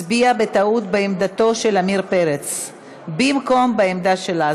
הצביעה בטעות בעמדתו של עמיר פרץ במקום בעמדה שלה,